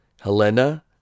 Helena